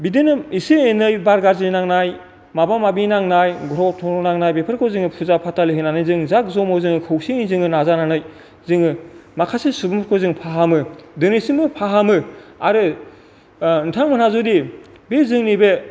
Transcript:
बिदनो एसे एनै बार गाज्रि नांनाय माबा माबि नांनाय ग्रह त्रह नांनाय बेफोरखौ जों फुजा फाथालि होनानै जोङो जाक जमक खौसेयै जोङो नाजानानै जोङो माखासे सुबंखौ फाहामो दिनैसिमबो फाहामो आरो नोंथांमोना जुदि बे जोंनि बे